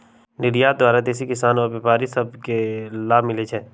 निर्यात द्वारा देसी किसान आऽ व्यापारि सभ के लाभ मिलइ छै